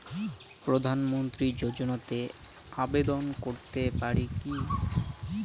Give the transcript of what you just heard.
প্রধানমন্ত্রী যোজনাতে আবেদন করতে পারি কি?